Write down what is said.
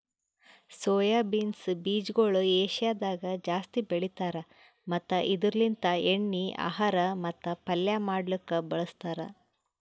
soya beans ಬೀಜಗೊಳ್ ಏಷ್ಯಾದಾಗ್ ಜಾಸ್ತಿ ಬೆಳಿತಾರ್ ಮತ್ತ ಇದುರ್ ಲಿಂತ್ ಎಣ್ಣಿ, ಆಹಾರ ಮತ್ತ ಪಲ್ಯ ಮಾಡ್ಲುಕ್ ಬಳಸ್ತಾರ್